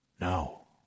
No